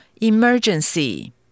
emergency